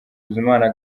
bizimana